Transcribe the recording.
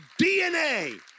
DNA